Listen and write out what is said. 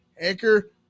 Anchor